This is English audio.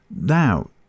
Now